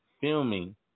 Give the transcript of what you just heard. filming